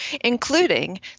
including